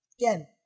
again